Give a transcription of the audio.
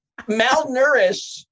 malnourished